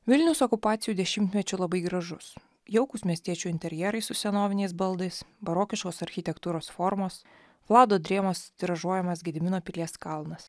vilnius okupacijų dešimtmečiu labai gražus jaukūs miestiečių interjerai su senoviniais baldais barokiškos architektūros formos vlado drėmos tiražuojamas gedimino pilies kalnas